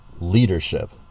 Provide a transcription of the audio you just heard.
Leadership